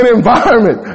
environment